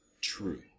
true